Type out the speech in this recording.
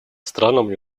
странам